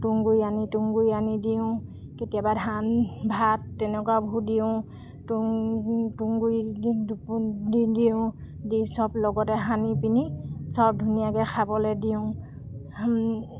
তুঁহ গুৰি আনি তুঁহ গুৰি আনি দিওঁ কেতিয়াবা ধান ভাত তেনেকুৱাবোৰ দিওঁ তুঁহ তুঁহ গুৰি দি দিওঁ দি চব লগতে সানি পিনি চব ধুনীয়াকৈ খাবলৈ দিওঁ